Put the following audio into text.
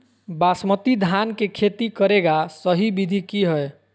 बासमती धान के खेती करेगा सही विधि की हय?